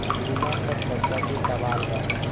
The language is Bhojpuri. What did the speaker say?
बीमा पर चर्चा के सवाल बा?